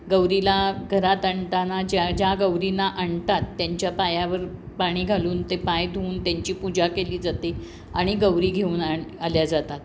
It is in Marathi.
गौरीला घरात आणताना ज्या ज्या गौरींना आणतात त्यांच्या पायावर पाणी घालून ते पाय धुवून त्यांची पूजा केली जाते आणि गौरी घेऊन आण आल्या जातात